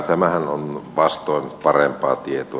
tämähän on vastoin parempaa tietoa